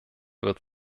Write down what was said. wird